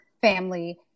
family